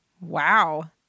Wow